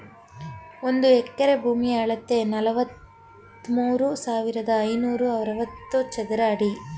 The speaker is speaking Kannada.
ಒಂದು ಎಕರೆ ಭೂಮಿಯ ಅಳತೆ ನಲವತ್ಮೂರು ಸಾವಿರದ ಐನೂರ ಅರವತ್ತು ಚದರ ಅಡಿ